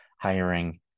hiring